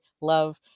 love